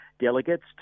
delegates